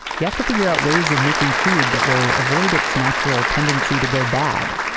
you have to figure out ways of making food that will avoid its natural tendency to go bad.